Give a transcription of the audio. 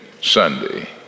Sunday